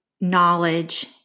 knowledge